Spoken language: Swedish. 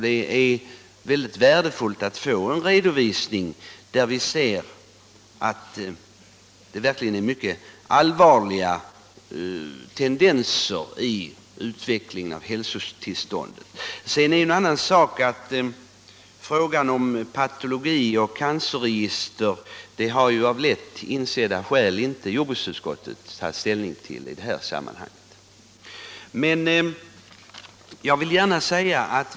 Det är värdefullt att få en redovisning där vi kan se att det verkligen är mycket allvarliga tendenser i utvecklingen av hälsotillståndet. Sedan är det en annan sak att jordbruksutskottet, av lätt insedda skäl, inte har tagit ställning till frågor om patologer och cancerregister i detta sammanhang.